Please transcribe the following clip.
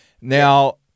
Now